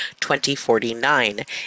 2049